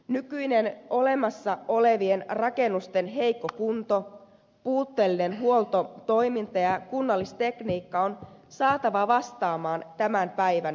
nykyinen olemassa olevien rakennusten heikko kunto puutteellinen huoltotoiminta ja kunnallistekniikka on saatava vastaamaan tämän päivän vaatimuksia